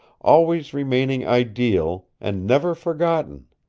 always remaining ideal, and never forgotten.